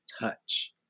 touch